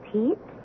Pete